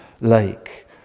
lake